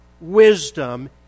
wisdom